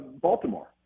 Baltimore